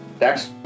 next